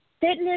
Fitness